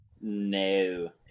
no